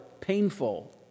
painful